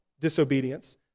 disobedience